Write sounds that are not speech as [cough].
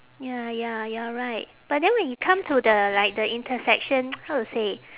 ya ya you are right but then when you come to the like the intersection [noise] how to say